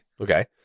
Okay